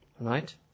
right